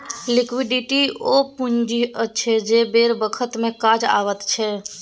liquidity ओ पुंजी अछि जे बेर बखत मे काज अबैत छै